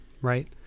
right